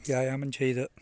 വ്യായാമം ചെയ്ത്